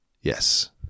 Yes